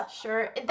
Sure